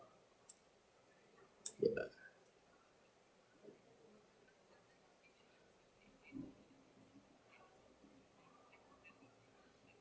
ya